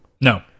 No